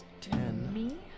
Ten